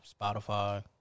Spotify